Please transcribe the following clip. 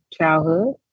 childhood